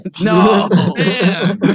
No